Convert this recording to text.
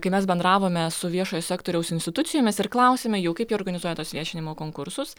kai mes bendravome su viešojo sektoriaus institucijomis ir klausėme jų kaip jie organizuoja tuos viešinimo konkursus